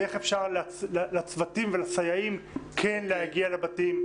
ואיך הצוותים והסייעים כן יגיעו לבתים,